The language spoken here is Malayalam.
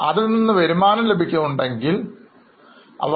അതിൽ നിന്നും വരുമാനം ലഭിക്കുന്നുണ്ടെങ്കിൽ അവ Other income ആണ്